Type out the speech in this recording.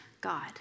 God